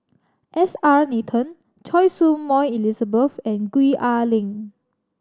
S R Nathan Choy Su Moi Elizabeth and Gwee Ah Leng